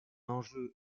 enjeu